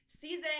season